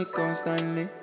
constantly